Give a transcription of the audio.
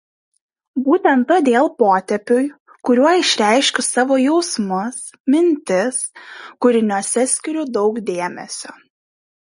būtent todėl potėpiui kuriuo išreiškiu savo jausmus mintis kūriniuose skiriu daug dėmesio